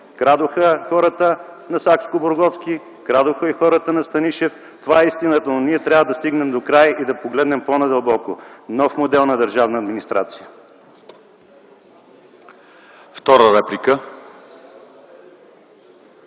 Крадоха хората на Сакскобургготски, крадоха и хората на Станишев – това е истината, но ние трябва да стигнем до края и да погледнем по-надълбоко – нов модел на държавна администрация.